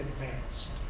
advanced